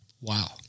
wow